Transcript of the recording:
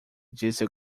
disse